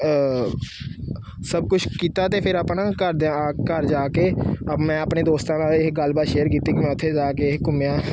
ਸਭ ਕੁਛ ਕੀਤਾ ਅਤੇ ਫਿਰ ਆਪਾਂ ਨਾ ਘਰਦਿਆਂ ਘਰ ਜਾ ਕੇ ਮੈਂ ਆਪਣੇ ਦੋਸਤਾਂ ਨਾਲ ਇਹ ਗੱਲਬਾਤ ਸ਼ੇਅਰ ਕੀਤੀ ਕਿ ਮੈਂ ਇੱਥੇ ਜਾ ਕੇ ਘੁੰਮਿਆ